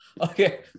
Okay